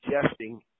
suggesting